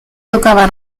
tocaba